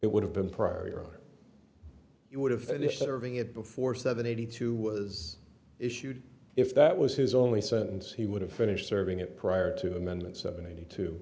it would have been prior you would have finished serving it before seven eighty two was issued if that was his only sentence he would have finished serving it prior to amendment seventy two